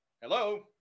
hello